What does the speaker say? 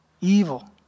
Evil